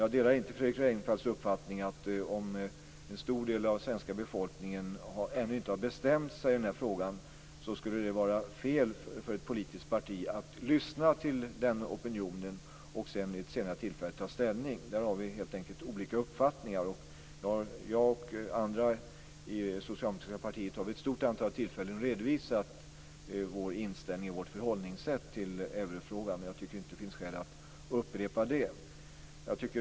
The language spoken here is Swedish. Jag delar inte Fredrik Reinfeldts uppfattning att om en stor del av svenska befolkningen ännu inte har bestämt sig i frågan skulle det vara fel för ett politiskt parti att lyssna till opinionen för att senare ta ställning i frågan. Där har vi olika uppfattningar. Jag och andra i det socialdemokratiska partiet har vid ett stort antal tillfällen redovisat vår inställning i vårt förhållningssätt till eurofrågan. Det finns inte skäl att upprepa den.